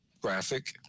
graphic